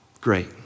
great